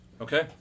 Okay